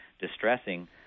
distressing